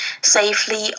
safely